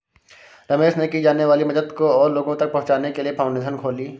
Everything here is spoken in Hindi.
रमेश ने की जाने वाली मदद को और लोगो तक पहुचाने के लिए फाउंडेशन खोली